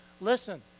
Listen